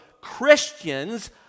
Christians